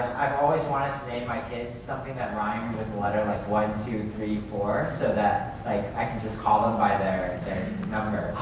i've always wanted to name my kids something that rhymed with a letter, like, one, two, three, four, so that i can just call them by their number